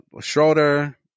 Schroeder